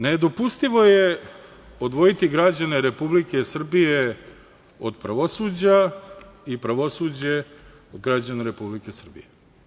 Nedopustivo je odvojiti građane Republike Srbije od pravosuđa i pravosuđe od građana Republike Srbije.